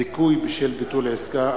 (זיכוי בשל ביטול עסקה),